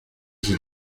iki